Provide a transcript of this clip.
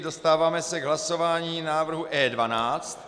Dostáváme se k hlasování návrhu E12.